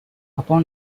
upon